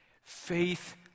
Faith